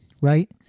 Right